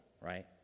right